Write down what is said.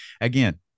again